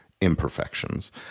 imperfections